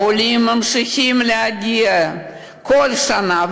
העולים ממשיכים להגיע כל שנה,